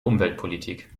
umweltpolitik